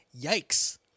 yikes